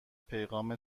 پیغام